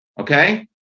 okay